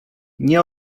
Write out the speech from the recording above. nie